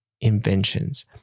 inventions